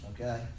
okay